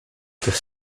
tych